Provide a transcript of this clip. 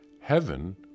Heaven